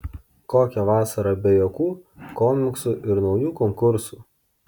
kokia vasara be juokų komiksų ir naujų konkursų